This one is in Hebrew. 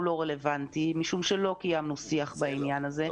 זה לא רלוונטי משום שלא קיימנו שיח בעניין הזה.